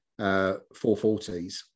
440s